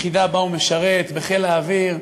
ליחידה שבה הוא משרת, בחיל האוויר.